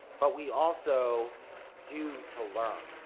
but, we also do to learn,